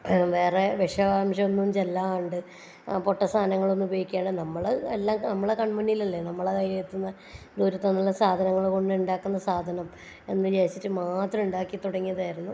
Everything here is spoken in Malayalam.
വേറെ വിഷാംശം ഒന്നും ചെല്ലാണ്ട് പൊട്ട സാനങ്ങളൊന്നും ഉപയോഗിക്കാതെ നമ്മൾ എല്ലാം നമ്മുടെ കൺമുന്നിലല്ലേ നമ്മുടെ കയ്യെത്തുന്ന ദൂരത്ത് സാധനങ്ങൾ കൊണ്ടുണ്ടാക്കുന്ന സാധനം എന്ന് വിചാരിച്ചിട്ട് മാത്രം ഉണ്ടാക്കി തുടങ്ങിയതായിരുന്നു